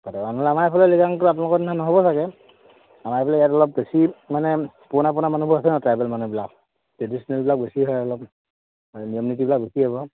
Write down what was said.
পাতে মানে আমাৰফালে লিগাংটো আপোনালোকৰ নিচিনা নহ'ব চাগে আমাৰ এইফালে ইয়াত অলপ বেছি মানে পুৰণা পুৰণা মানুহবোৰ আছে ন ট্ৰাইবেল মানুহবিলাক বেছি হয় অলপ নিয়ম নীতিবিলাক বেছি হ'ব